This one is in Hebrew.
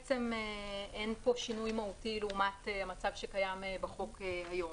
אין פה שינוי מהותי לעומת המצב שקיים בחוק היום.